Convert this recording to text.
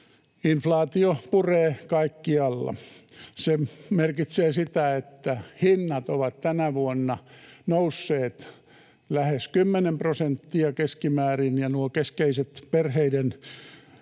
Inflaatio puree kaikkialla. Se merkitsee sitä, että hinnat ovat tänä vuonna nousseet lähes kymmenen prosenttia keskimäärin ja keskeisien perheiden